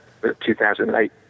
2008